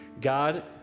God